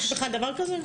יש בכלל דבר כזה?